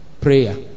prayer